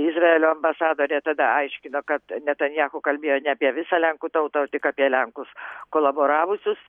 izraelio ambasadorė tada aiškino kad netanyahu kalbėjo ne apie visą lenkų tautą tik apie lenkus kolaboravusius